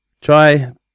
try